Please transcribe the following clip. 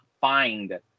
find